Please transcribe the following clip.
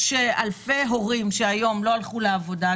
יש אלפי הורים שלא הלכו היום לעבודה.